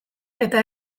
eta